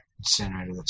Incinerator